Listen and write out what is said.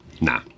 nah